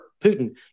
Putin